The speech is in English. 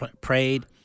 prayed